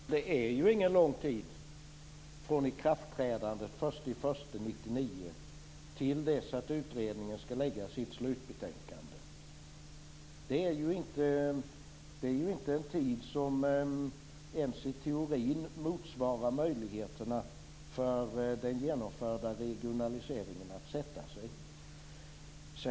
Fru talman! Men det är ju inte lång tid från ikraftträdandet den 1 januari 1999 till dess att utredningen skall lägga fram sitt slutbetänkande. Den tiden motsvarar inte ens i teorin den tid som är nödvändig för att den genomförda regionaliseringen skall hinna sätta sig.